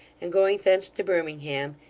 and going thence to birmingham,